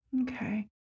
Okay